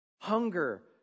Hunger